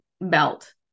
belt